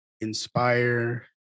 inspire